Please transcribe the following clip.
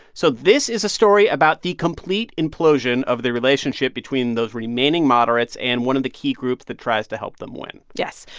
so this is a story about the complete implosion of the relationship between those remaining moderates and one of the key groups that tries to help them win yes.